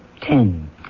Ten